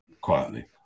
quietly